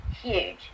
huge